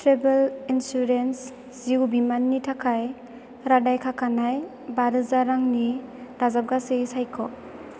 travel insurance जिउ बीमाननि थाखाय रादाय खाखानाय बा रोजा रांनि दाजाबगासै सायख'